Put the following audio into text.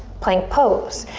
plank pose.